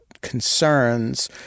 concerns